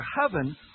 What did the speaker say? heaven